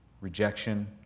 rejection